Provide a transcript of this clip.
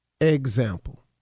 Example